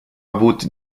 avut